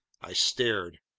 i stared.